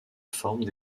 forment